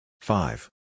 Five